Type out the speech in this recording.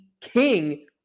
king